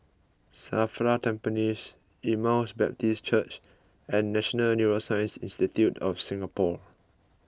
Safra Tampines Emmaus Baptist Church and National Neuroscience Institute of Singapore